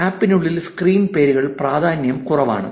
ആപ്പിനുള്ളിൽ screen പേരുകൾ പ്രാധാന്യം കുറവാണ്